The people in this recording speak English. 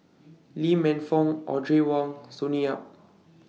Lee Man Fong Audrey Wong Sonny Yap